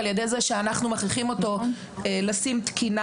על ידי זה שאנחנו מכריחים אותו לשים תקינה